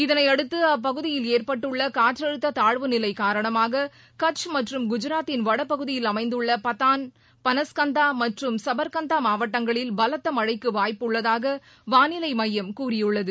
இதனையடுத்து அப்பகுதியில் ஏற்பட்டுள்ள காற்றழுத்த தாழ்வு நிலை காரணமாக கட்ச் மற்றும் குஜராத்தின் வடபகுதியில் அமைந்துள்ள பதான் பனஸ்கந்தா மற்றும் சுபர்கந்தா மாவட்டங்களில் பலத்த மழைக்கு வாய்ப்பு உள்ளதாக வாளிலை மையம் கூறியுள்ளது